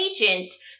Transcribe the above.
agent